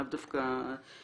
לאו דווקא אצלנו.